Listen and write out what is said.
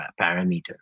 parameters